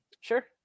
Sure